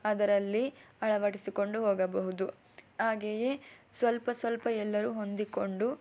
ಅದರಲ್ಲಿ ಅಳವಡಿಸಿಕೊಂಡು ಹೋಗಬಹುದು ಹಾಗೆಯೇ ಸ್ವಲ್ಪ ಸ್ವಲ್ಪ ಎಲ್ಲರೂ ಹೊಂದಿಕೊಂಡು